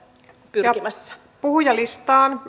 pyrkimässä puhujalistaan